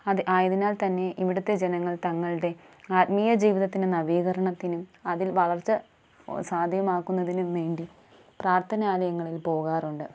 അത് ആയതിനാൽ തന്നെ ഇവിടുത്തെ ജനങ്ങൾ തങ്ങളുടെ ആത്മീയ ജീവിതത്തിനും നവീകരണത്തിനും അതിൽ വളർച്ച സാദ്ധ്യമാക്കുന്നതിനും വേണ്ടി പ്രാർത്ഥനാലയങ്ങളിൽ പോകാറുണ്ട്